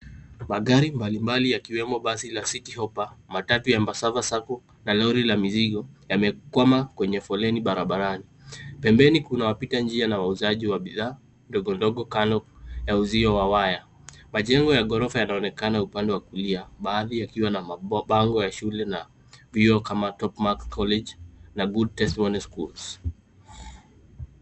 Magari mbalimbali yakiwemo basi la City Hoppa, matatu ya Mbasava sacco na lori la mizigo yamekwama kwenye foleni barabarani. Pembeni kuna wapitanjia na wauzaji wa bidhaa ndogondogo kando ya uzio wa waya. Majengo ya ghorofa yanaonekana upande wa kulia, baadhi yakiwa na mabango ya shule na vyuo kama Topmark College na Good Testimony schools.